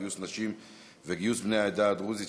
גיוס נשים וגיוס בני העדה הדרוזית,